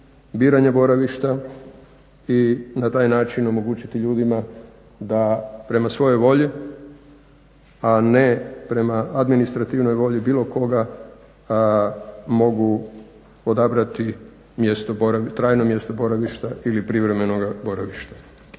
biranje boravišta i na taj način omogućiti ljudima da prema svojoj volji a ne prema administrativnoj volji bilo koga mogu odabrati trajno mjesto boravišta ili privremenoga boravišta.